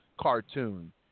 cartoon